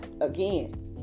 again